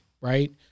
right